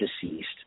deceased